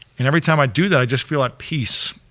and every time i do that, i just feel at peace.